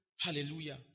Hallelujah